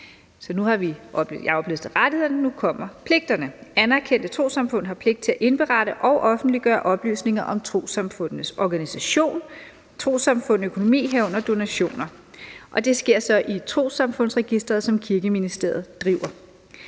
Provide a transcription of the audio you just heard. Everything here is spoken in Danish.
nu kommer pligterne. Anerkendte trossamfund har pligt til at indberette og offentliggøre oplysninger om trossamfundenes organisation og trossamfundenes økonomi, herunder donationer. Det sker så i Trossamfundsregistret, som Kirkeministeriet driver.